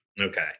okay